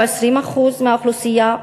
שהוא 20% מהאוכלוסייה,